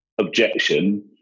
objection